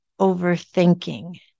overthinking